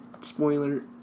spoiler